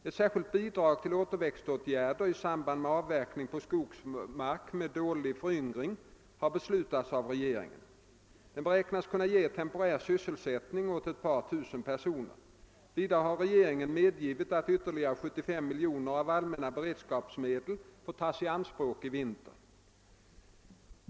Ett särskilt bidrag till återväxtåtgärder i samband med avverkning på skogsmark med dålig föryngring har beslutats av regeringen. Det beräknas kunna ge temporär sysselsättning åt ett par tusen personer. Vidare har regeringen medgivit att ytterligare 75 miljoner till allmänna beredskapsarbeten får tas i anspråk i vinter.